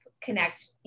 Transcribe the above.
connect